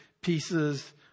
pieces